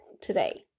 today